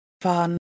fun